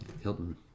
Hilton